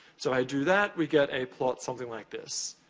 so, i do that, we get a plot something like this.